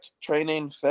training